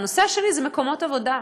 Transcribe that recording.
והנושא השני זה מקומות עבודה.